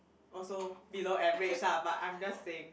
also below average lah but I'm just saying